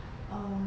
um